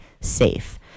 safe